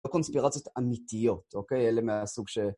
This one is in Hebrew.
בקונספירציות אמיתיות, אוקיי? אלה מהסוג ש...